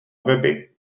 weby